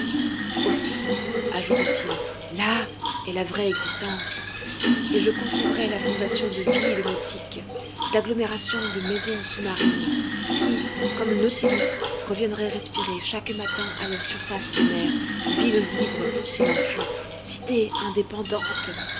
aussi ajouta-t-il là est la vraie existence et je concevrais la fondation de villes nautiques d'agglomérations de maisons sous-marines qui comme le nautilus reviendraient respirer chaque matin à la surface des mers villes libres s'il en fut cités indépendantes